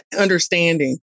understanding